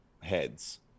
heads